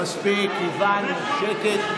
שקט.